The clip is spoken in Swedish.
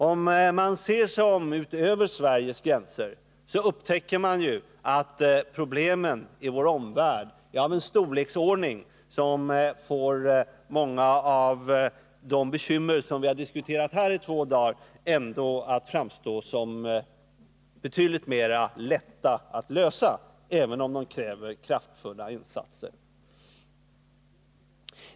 Ser man bortom Sveriges gränser, upptäcker man ju att problemen i vår omvärld är av en storleksordning som ändå får många av de bekymmer som vi har diskuterat här i två dagar att framstå som betydligt lättare att lösa, även om de kräver kraftfulla insatser.